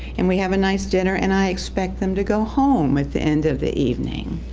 and we have a nice dinner, and i expect them to go home at the end of the evening,